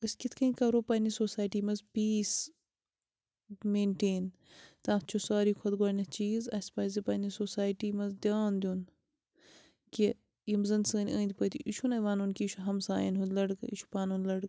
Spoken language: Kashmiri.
أسۍ کِتھ کٔنۍ کَرو پننہِ سوسایٹی منٛز پیٖس مینٹین تَتھ چھُ ساروٕے کھۄتہٕ گۄڈٕنیٛک چیٖز اسہِ پَزِ پننہِ سوسایٹی منٛز دھیٛان دیٛن کہِ یِم زَن سٲنۍ أنٛدۍ پٔتۍ یہِ چھُنہٕ وَنُن کہِ یہِ چھُ ہمسایَن ہُنٛد لڑکہٕ یہِ چھُ پَنُن لڑکہٕ